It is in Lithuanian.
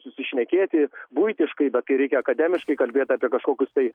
susišnekėti buitiškai bet kai reikia akademiškai kalbėt apie kažkokius tai